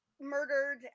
murdered